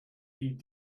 die